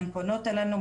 הן פונות אלינו,